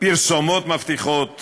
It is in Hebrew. מפרסומות מבטיחות